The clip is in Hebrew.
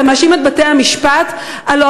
אתה